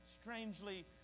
strangely